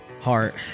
heart